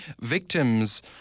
Victims